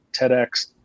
TEDx